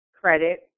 credit